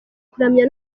kuramya